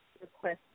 request